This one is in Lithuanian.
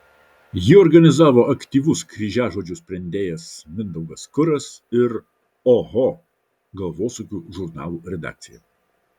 jį organizavo aktyvus kryžiažodžių sprendėjas mindaugas kuras ir oho galvosūkių žurnalų redakcija